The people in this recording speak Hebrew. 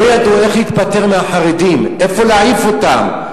לא ידעו איך להיפטר מהחרדים, לאיפה להעיף אותם.